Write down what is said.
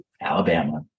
Alabama